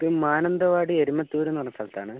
ഇത് മാനന്തവാടി എരുമത്തൂര് എന്ന് പറഞ്ഞ സ്ഥലത്താണ്